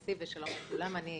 לכולם,